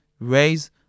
raise